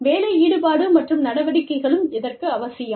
வேலை ஈடுபாடு மற்றும் நடவடிக்கைகளும் இதற்கு அவசியம்